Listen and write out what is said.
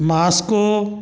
Moscow